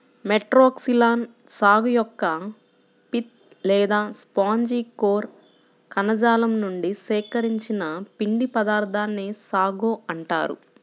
Metroxylon సాగు యొక్క pith లేదా స్పాంజి కోర్ కణజాలం నుండి సేకరించిన పిండి పదార్థాన్నే సాగో అంటారు